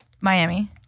Miami